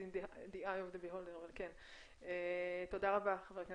תודה רבה ח"כ ברקת,